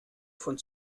von